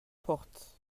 porte